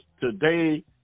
today